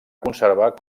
conservar